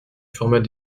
format